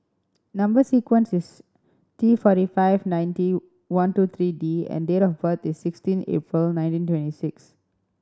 number sequence is T forty five ninety one two three D and date of birth is sixteen April nineteen twenty six